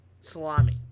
salami